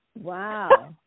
Wow